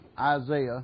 Isaiah